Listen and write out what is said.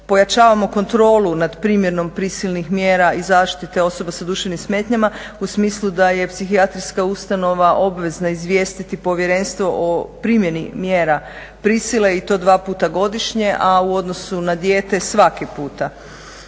pojačavamo kontrolu nad primjenom prisilnih mjera i zaštite osoba sa duševnim smetnjama u smislu da je psihijatrijska ustanova obvezna izvijestiti povjerenstvo o primjerni mjera prisile i to dva puta godišnje, a u odnosu na dijete svaki puta.